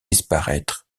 disparaître